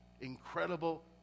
incredible